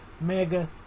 mega